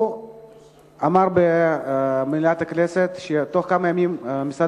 הוא אמר במליאת הכנסת שבתוך כמה ימים משרד